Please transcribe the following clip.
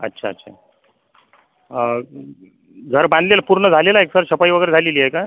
अच्छा अच्छा घर बांधलेलं पूर्ण झालेलं आहे सर सफाई वगैरे झालेली आहे का